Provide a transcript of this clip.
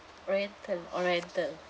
oriental oriental